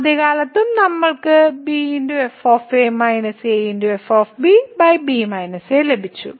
ആദ്യകാലത്തും നമ്മൾക്ക് ലഭിച്ചു